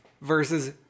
versus